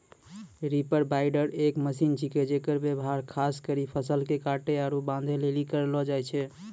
reaper binder एक machine छिकै जेकर व्यवहार खास करी फसल के काटै आरू बांधै लेली करलो जाय छै